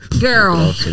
Girl